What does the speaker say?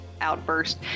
outburst